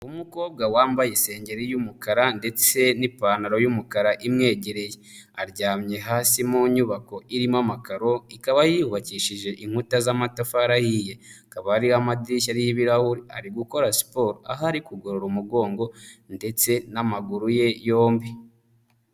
Umukobwa wambaye isengeri y'umukara ndetse n'ipantaro y'umukara imwegereye, aryamye hasi mu nyubako irimo amakaro ikaba yubakishije inkuta z'amatafari ahiye, hakaba hariho amadirishya y'ibirahuri, ari gukora siporo aho ari kugorora umugongo ndetse n'amaguru ye yombi.